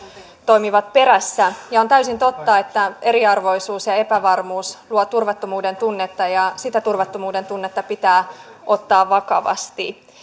toimivat perässä on täysin totta että eriarvoisuus ja epävarmuus luovat turvattomuuden tunnetta ja se turvattomuuden tunne pitää ottaa vakavasti